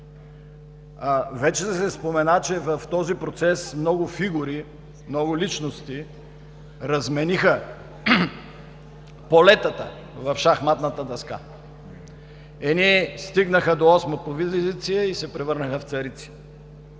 Вече се спомена, че в този процес много фигури, много личности размениха полетата в шахматната дъска. Едни стигнаха до осма позиция и се превърнаха в царици.